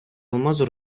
алмазу